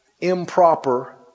improper